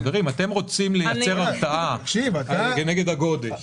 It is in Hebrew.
חברים, אתם רוצים לייצר הרתעה כנגד הגודש.